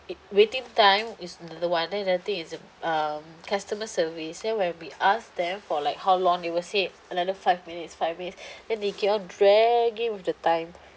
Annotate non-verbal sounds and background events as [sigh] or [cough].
it waiting time is another one then another thing is um customer service then when we ask them for like how long they will say another five minutes five minutes [breath] then they keep on dragging with the time